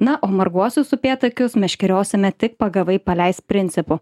na o marguosius upėtakius meškeriosime tik pagavai paleisk principu